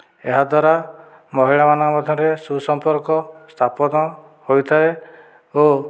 ଏହା ଦ୍ଵାରା ମହିଳା ମାନଙ୍କ ମଧ୍ୟରେ ସୁସମ୍ପର୍କ ସ୍ଥାପନ ହୋଇଥାଏ ଓ